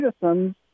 citizens